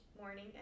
morning